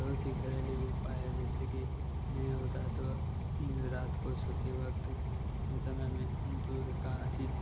बहुत सी घरेलू उपाय है जैसे कि नहीं होता है तो रात को सोते वक्त समय में दूध का अथि